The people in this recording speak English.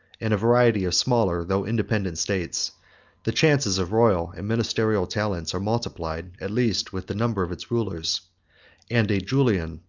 and a variety of smaller, though independent, states the chances of royal and ministerial talents are multiplied, at least, with the number of its rulers and a julian,